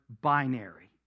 binary